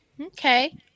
Okay